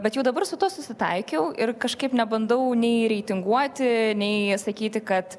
bet jau dabar su tuo susitaikiau ir kažkaip nebandau nei reitinguoti nei sakyti kad